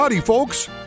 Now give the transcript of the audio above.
folks